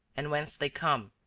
and whence they come,